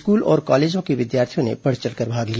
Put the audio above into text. school और college के विद्यार्थियों ने बढ़ चढ़कर भाग लिया